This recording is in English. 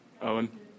Owen